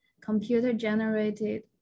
computer-generated